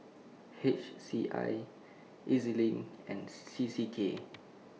H C I E Z LINK and C C K